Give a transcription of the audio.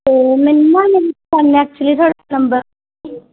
ਅਤੇ ਮੈਨੂੰ ਨਾ ਮੇਰੀ ਫਰੈਂਡ ਨੇ ਐਕਚੁਅਲੀ ਤੁਹਾਡਾ ਨੰਬਰ